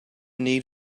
need